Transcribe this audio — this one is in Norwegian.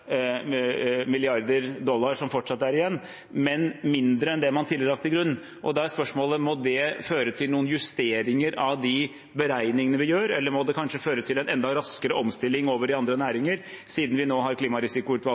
milliarder dollar – men mindre enn det man tidligere har lagt til grunn. Da er spørsmålet: Må det føre til noen justeringer av de beregningene vi gjør? Eller må det kanskje føre til en enda raskere omstilling over i andre næringer, siden vi nå har Klimarisikoutvalget?